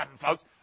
folks